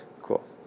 Cool